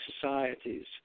societies